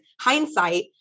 Hindsight